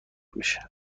میشه